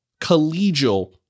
collegial